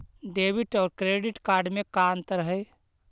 Debit और credit card में का अंतर है?